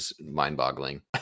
mind-boggling